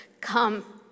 come